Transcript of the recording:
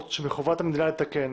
עוולות שבחובת המדינה לתקן.